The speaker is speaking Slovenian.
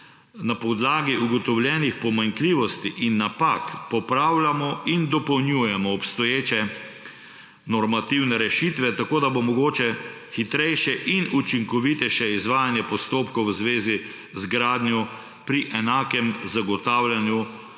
Na podlagi ugotovljenih pomanjkljivosti in napak popravljamo in dopolnjujemo obstoječe normativne rešitve, tako da bo mogoče hitrejše in učinkovitejše izvajanje postopkov v zvezi z gradnjo pri enakem zagotavljanju